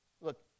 Look